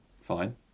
Fine